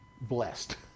blessed